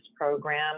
program